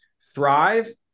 thrive